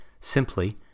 simply